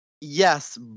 Yes